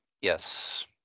Yes